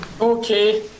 Okay